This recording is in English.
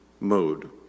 mode